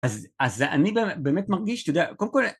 אז אני באמת מרגיש, אתה יודע, קודם כל...